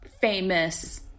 Famous